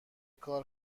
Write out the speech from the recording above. کار